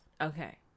okay